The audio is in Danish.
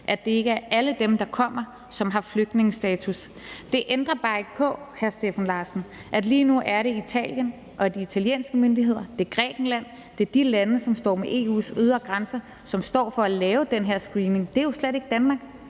at det ikke er alle dem, der kommer, som har flygtningestatus. Det ændrer bare ikke på, hr. Steffen Larsen, at lige nu er det Italien og de italienske myndigheder, Grækenland og de lande, der står med EU's ydre grænser, som står for at lave den her screening. Det er jo slet ikke Danmark.